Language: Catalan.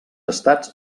estats